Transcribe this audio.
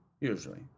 usually